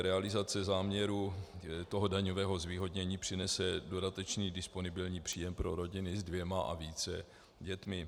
Realizace záměru daňového zvýhodnění přinese dodatečný disponibilní příjem pro rodiny s dvěma a více dětmi.